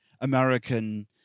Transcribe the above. American